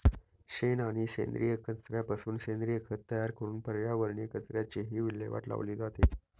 शेण आणि सेंद्रिय कचऱ्यापासून सेंद्रिय खत तयार करून पर्यावरणीय कचऱ्याचीही विल्हेवाट लावली जाते